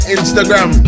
Instagram